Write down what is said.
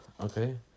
Okay